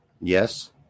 Yes